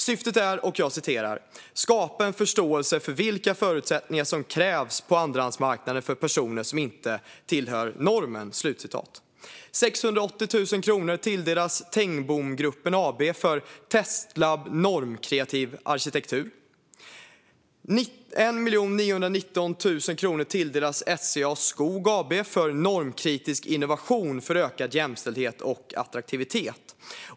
Syftet är att "skapa en förståelse för vilka förutsättningar som krävs på andrahandsmarknaden för personer som inte tillhör normen". 680 000 kronor tilldelas Tengbomgruppen AB för Testlab - normkreativ arkitektur. 1 919 000 kronor tilldelas SCA Skog AB för projekt om normkritisk innovation för ökad jämställdhet och attraktivitet.